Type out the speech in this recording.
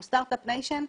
אנחנו סטרטאפ ניישן,